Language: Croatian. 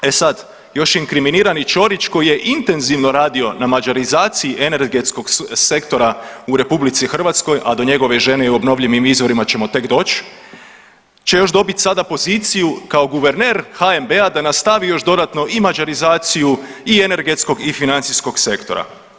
E sad, još inkriminirani Čorić koji je intenzivno radio na mađarizaciji energetskog sektora u RH, a do njegove žene i obnovljivim izvorima ćemo tek doći, će još dobiti sada poziciju kao guverner HNB-a da nastavi još dodatno i mađarizaciju i energetskog i financijskog sektora.